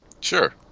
Sure